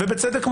ובצדק מוחלט.